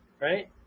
right